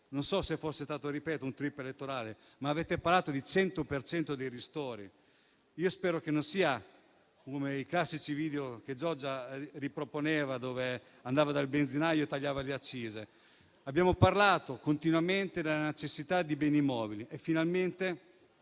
Non so se fosse, appunto, un *trip* elettorale, ma avete parlato di ristori al 100 per cento. Io spero che non sia come nei classici video che Giorgia proponeva, dove andava dal benzinaio e tagliava le accise. Abbiamo parlato continuamente della necessità di beni immobili e, finalmente,